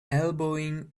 elbowing